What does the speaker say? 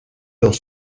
dans